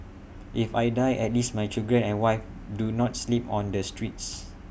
if I die at least my children and wife do not sleep on the streets